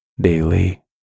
daily